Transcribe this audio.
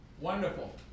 wonderful